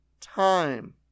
time